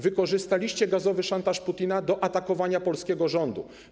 Wykorzystaliście gazowy szantaż Putina do atakowania polskiego rządu.